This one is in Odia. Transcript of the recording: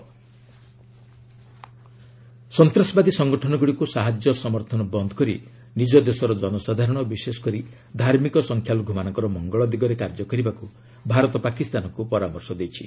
ଇଣ୍ଡିଆ ପାକ୍ ସନ୍ତାସବାଦୀ ସଂଗଠନଗୁଡ଼ିକୁ ସାହାଯ୍ୟ ସମର୍ଥନ ବନ୍ଦ କରି ନିଜ ଦେଶର ଜନସାଧାରଣ ବିଶେଷ କରି ଧାର୍ମିକ ସଂଖ୍ୟାଲଘୁମାନଙ୍କର ମଙ୍ଗଳ ଦିଗରେ କାର୍ଯ୍ୟ କରିବାକୁ ଭାରତ ପାକିସ୍ତାନକୁ ପରାମର୍ଶ ଦେଇଛି